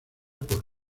por